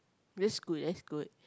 that's good that's good